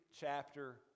chapter